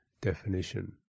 definition